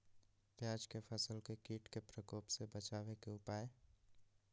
प्याज के फसल के कीट के प्रकोप से बचावे के उपाय?